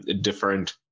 different